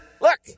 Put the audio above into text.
Look